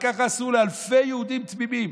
וככה עשו לאלפי יהודים תמימים.